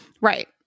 Right